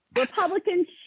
Republicans